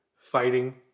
fighting